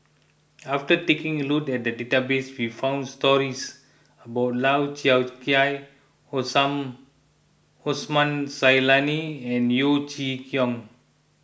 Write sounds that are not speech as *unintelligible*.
after taking a look at the database we found stories about Lau Chiap Khai *unintelligible* Osman Zailani and Yeo Chee Kiong